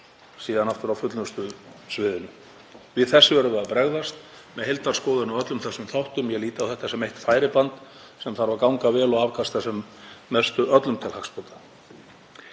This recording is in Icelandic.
síðan aftur á fullnustusviðinu. Við þessu verðum við að bregðast með heildarskoðun á öllum þessum þáttum. Ég lít á þetta sem eitt færiband sem þarf að ganga vel og afkasta sem mestu, öllum til hagsbóta.